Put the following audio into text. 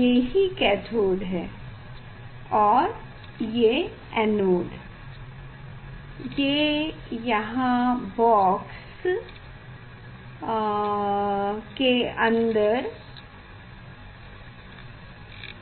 ये ही कैथोड है और ये एनोड ये यहाँ बॉक्स के अंदर हैं